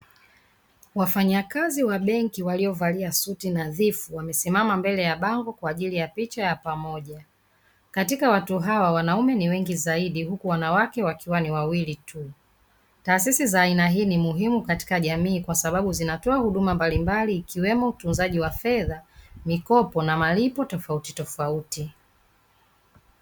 Wafanyakazi wa benki waliovalia suti nadhifu wamesimama mbele ya bango kwa ajili ya picha ya pamoja, katika watu hawa wanaume ni wengi zaidi huku wanawake wakiwa ni wawili tu. Taasisi za aina hii ni muhimu katika jamii kwasabau zinatoa huduma mbalimbali ikiwemo utunzaji wa fedha, mikopo na malipo tofautitofauti.